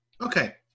Okay